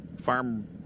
farm